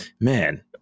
man